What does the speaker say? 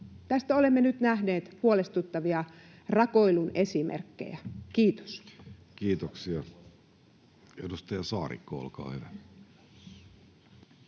Tästä olemme nyt nähneet huolestuttavia rakoilun esimerkkejä. — Kiitos. Kiitoksia. — Edustaja Saarikko, olkaa hyvä.